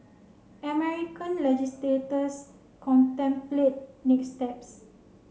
American leogislators contemplate next steps